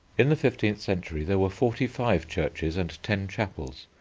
in the fifteenth century there were forty-five churches and ten chapels,